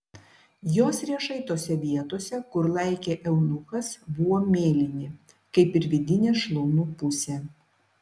jos riešai tose vietose kur laikė eunuchas buvo mėlyni kaip ir vidinė šlaunų pusė